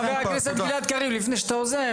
חבר הכנסת גלעד קריב, לפני שאתה עוזב.